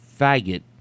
faggot